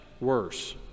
worse